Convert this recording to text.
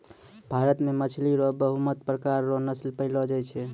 भारत मे मछली रो पबहुत प्रकार रो नस्ल पैयलो जाय छै